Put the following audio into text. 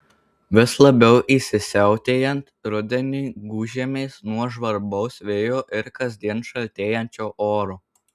vis labiau įsisiautėjant rudeniui gūžiamės nuo žvarbaus vėjo ir kasdien šaltėjančio oro